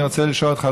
אני רוצה לשאול אותך,